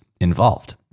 involved